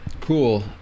Cool